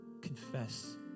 confess